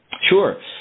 sure